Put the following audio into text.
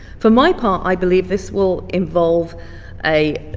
for my part i believe this will involve a